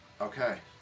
Okay